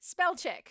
Spellcheck